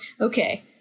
Okay